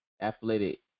athletic